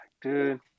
Dude